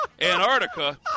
Antarctica